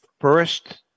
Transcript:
first